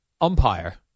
umpire